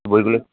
বইগুলো